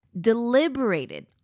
deliberated